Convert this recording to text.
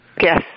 Yes